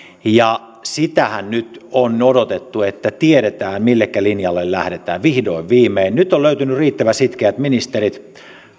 sitähän nyt on odotettu että tiedetään millekä linjalle lähdetään vihdoin viimein nyt on löytynyt riittävän sitkeät ministerit